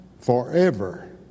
forever